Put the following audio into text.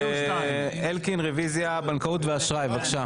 אלקין, רביזיה בנקאות ואשראי, בבקשה.